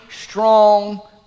strong